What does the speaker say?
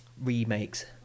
remakes